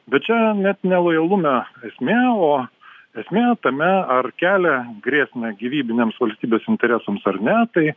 bet čia net ne lojalume esmė o esmė tame ar kelia grėsmę gyvybiniams valstybės interesams ar ne tai